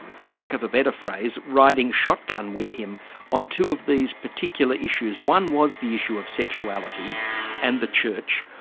for lack of a better phrase, riding shotgun with him on two of these particular issues one was the issue of sexuality and the church.